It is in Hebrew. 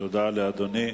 תודה לאדוני.